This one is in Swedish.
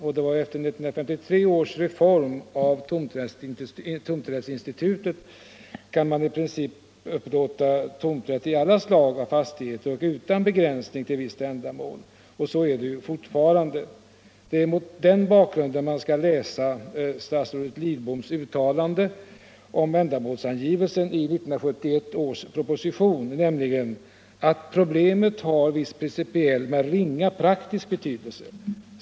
Efter 1953 års reform av tomträttsinstitutet kan man i princip upplåta tomträtt i alla slag av fastigheter och utan begränsning till ett visst ändamål. Så är det fortfarande. Det är mot den bakgrunden man skall läsa statsrådet Lidboms uttalande om ändamålsangivelsen i 1971 års proposition, nämligen att problemet har ”en viss principiell men ringa praktisk betydelse”.